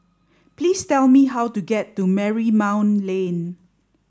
please tell me how to get to Marymount Lane